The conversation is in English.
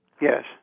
Yes